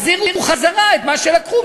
חוק האזרחות.